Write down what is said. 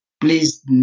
please